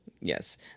Yes